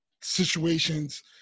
situations